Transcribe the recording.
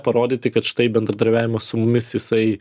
parodyti kad štai bendradarbiavimas su mumis jisai